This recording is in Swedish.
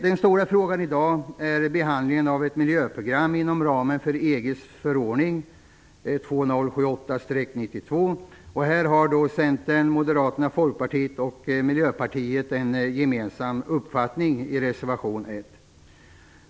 Den stora frågan i dag är behandlingen av ett miljöprogram inom ramen för EG:s förordning 2078/92. Här har Centern, Moderaterna, Folkpartiet och Miljöpartiet en gemensam uppfattning i reservation 1.